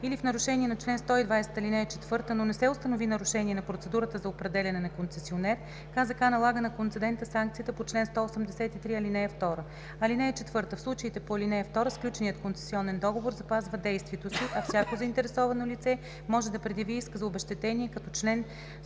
или в нарушение на чл. 120, ал. 4, но не се установи нарушение на процедурата за определяне на концесионер, КЗК налага на концедента санкцията по чл. 183, ал. 2. (4) В случаите по ал. 2 сключеният концесионен договор запазва действието си, а всяко заинтересовано лице може да предяви иск за обезщетение, като чл.